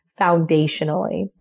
foundationally